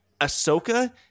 Ahsoka